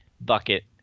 bucket